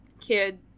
kid